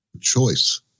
choice